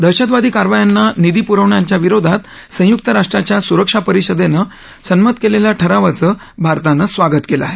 दहशतवादी कारवायांना निधी पुरवणा याविरोधात संयुक्त राष्ट्रांच्या सुरक्षा परिषदेनं संमत केलेल्या ठरावाचं भारतानं स्वागत केलं आहे